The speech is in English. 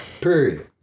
Period